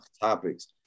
topics